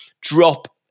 drop